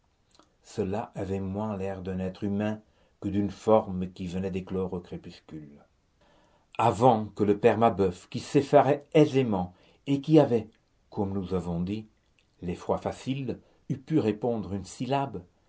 cela avait moins l'air d'un être humain que d'une forme qui venait d'éclore au crépuscule avant que le père mabeuf qui s'effarait aisément et qui avait comme nous avons dit l'effroi facile eût pu répondre une syllabe